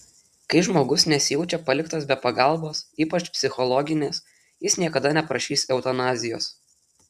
kai žmogus nesijaučia paliktas be pagalbos ypač psichologinės jis niekada neprašys eutanazijos